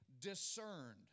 discerned